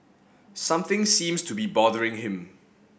something seems to be bothering him